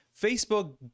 Facebook